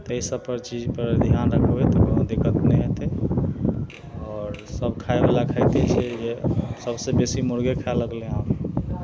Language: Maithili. तै सबपर चीजपर ध्यान रखबय तऽ कोनो दिक्कत नहि हेतय आओर सब खाइवला खाइते छै जे सबसँ बेसी मुर्गे खाइ लगलय हन